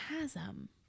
chasm